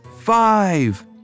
Five